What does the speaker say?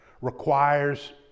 requires